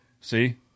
See